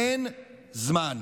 אין זמן.